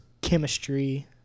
Chemistry